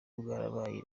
bwarabaye